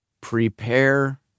Prepare